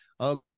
okay